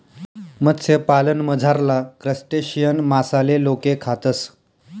मत्स्यपालनमझारला क्रस्टेशियन मासाले लोके खातस